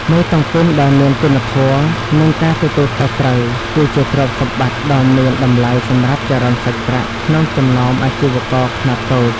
មេតុងទីនដែលមានគុណធម៌ និងការទទួលខុសត្រូវ គឺជាទ្រព្យសម្បត្តិដ៏មានតម្លៃសម្រាប់ចរន្តសាច់ប្រាក់ក្នុងចំណោមអាជីវករខ្នាតតូច។